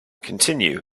continue